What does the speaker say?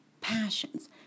passions